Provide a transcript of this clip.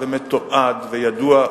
מתועד וידוע,